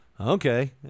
okay